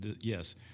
yes